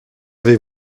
avez